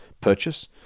purchase